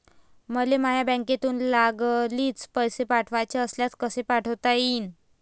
मले माह्या खात्यातून लागलीच पैसे पाठवाचे असल्यास कसे पाठोता यीन?